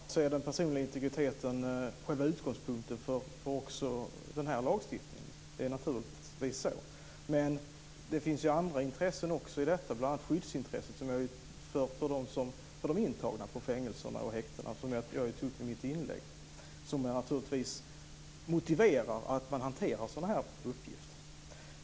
Fru talman! Självklart är den personliga integriteten själva utgångspunkten också för den här lagstiftningen. Naturligtvis är det så. Men det finns också andra intressen i detta, bl.a. det skyddsintresse för de intagna på fängelserna och häktena som jag tog upp i mitt inlägg, som naturligtvis motiverar att man hanterar sådana här uppgifter.